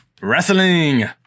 Wrestling